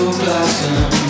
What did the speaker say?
blossom